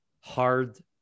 hard